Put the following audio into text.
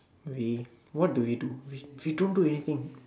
we what do we do we we don't do anything